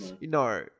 no